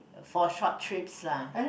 for short trips lah